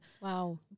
Wow